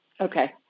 Okay